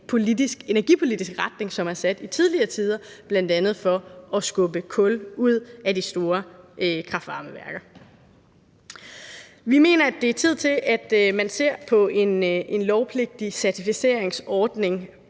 energipolitisk retning, som er sat i tidligere tider, bl.a. for at skubbe kul ud af de store kraft-varme-værker. Vi mener, at det er tid til, at man ser på en lovpligtig certificeringsordning,